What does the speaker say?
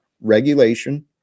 regulation